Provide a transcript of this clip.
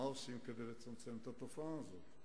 מה עושים כדי לצמצם את התופעה הזאת?